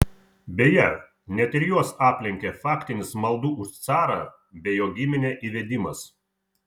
beje net ir juos aplenkė faktinis maldų už carą bei jo giminę įvedimas